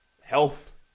health